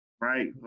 right